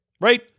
right